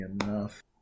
enough